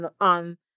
on